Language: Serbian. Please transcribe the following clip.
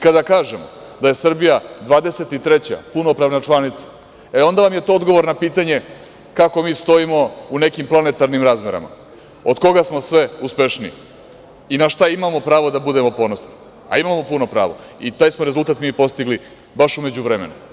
Kada kažemo da je Srbija 23. punopravna članica, e, onda vam je to odgovor na pitanje kako mi stojimo u nekim planetarnim razmerama, od koga smo sve uspešniji i na šta imamo pravo da budemo ponosni, a imamo puno pravo i taj smo rezultat mi postigli baš u međuvremenu.